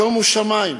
שומו שמים,